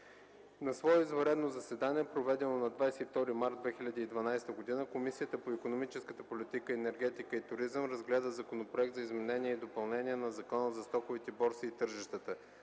На свое извънредно заседание, проведено на 22 март 2012 г., Комисията по икономическата политика, енергетика и туризъм разгледа Законопроект за изменение и допълнение на Закона за стоковите борси и тържищата.